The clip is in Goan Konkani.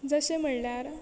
जशें म्हणल्यार